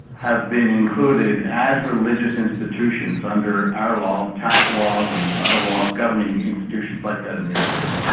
have been included as religious institutions under our law of tax laws and other laws governing institutions like that in the united states.